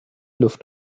luft